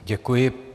Děkuji.